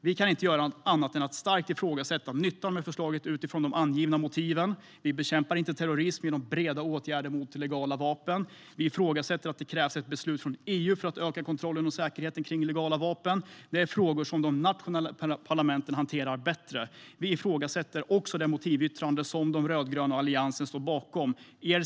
Vi kan inte göra annat än att starkt ifrågasätta nyttan med förslaget utifrån de angivna motiven. Man bekämpar inte terrorism genom breda åtgärder mot legala vapen. Vi ifrågasätter att det krävs beslut från EU för att öka kontrollen och säkerheten kring legala vapen. Det är frågor de nationella parlamenten hanterar bättre. Vi ifrågasätter också det motivyttrande som de rödgröna och Alliansen står bakom.